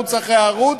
בערוץ אחרי ערוץ,